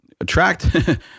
attract